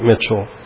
Mitchell